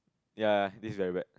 ya this is very weird